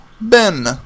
Ben